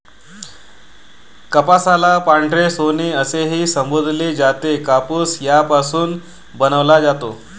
कापसाला पांढरे सोने असेही संबोधले जाते, कापूस यापासून बनवला जातो